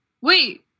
Wait